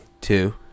Two